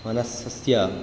मनस् सस्य